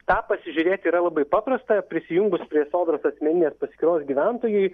tą pasižiūrėti yra labai paprasta prisijungus prie sodros asmeninės paskyros gyventojui